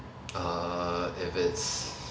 err if it's